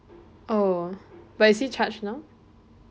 oh but is she charged now